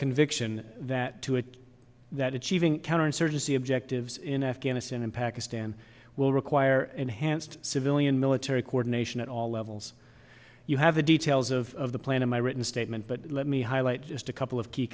conviction that to it that achieving counterinsurgency objectives in afghanistan and pakistan will require enhanced civilian military coordination at all levels you have the details of the plan in my written statement but let me highlight just a couple of key